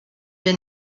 have